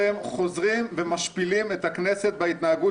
אתם חוזרים ומשפילים את הכנסת בהתנהגות